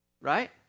Right